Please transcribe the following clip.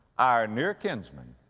our near kinsman,